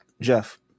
Jeff